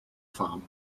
farm